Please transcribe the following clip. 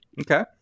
Okay